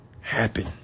happen